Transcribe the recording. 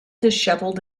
dishevelled